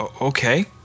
okay